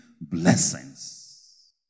blessings